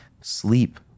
sleep